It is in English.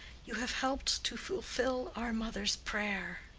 you have helped to fulfill our mother's prayer.